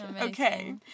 okay